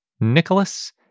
Nicholas